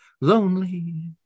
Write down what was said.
lonely